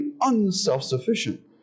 unself-sufficient